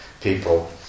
people